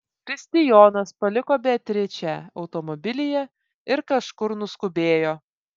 kristijonas paliko beatričę automobilyje ir kažkur nuskubėjo